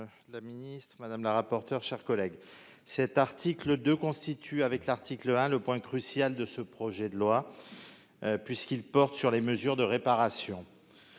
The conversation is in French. madame la ministre, madame la rapporteure, mes chers collègues, cet article 2 constitue, avec l'article 1, le point crucial de ce projet de loi, puisqu'il porte sur les mesures de réparation.